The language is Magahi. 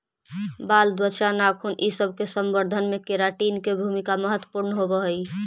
बाल, त्वचा, नाखून इ सब के संवर्धन में केराटिन के भूमिका महत्त्वपूर्ण होवऽ हई